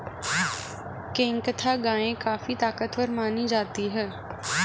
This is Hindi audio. केंकथा गाय काफी ताकतवर मानी जाती है